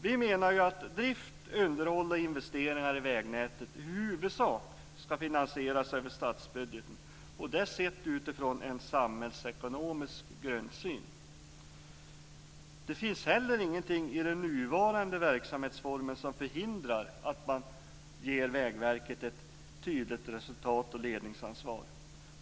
Vi menar att drift, underhåll och investeringar i vägnätet i huvudsak ska finansieras över statsbudgeten utifrån en samhällsekonomisk grundsyn. Det finns inte heller någonting i den nuvarande verksamhetsformen som förhindrar att man ger Vägverket ett tydligt resultat och ledningsansvar.